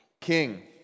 king